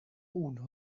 uno